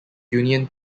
union